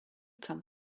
come